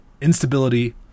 instability